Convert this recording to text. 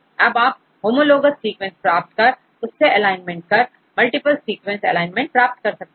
अब आप homologous sequence प्राप्त कर उससे एलाइन कर मल्टीपल सीक्वेंस एलाइनमेंट प्राप्त कर सकते हैं